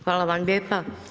Hvala vam lijepa.